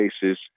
cases